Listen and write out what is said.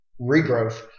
regrowth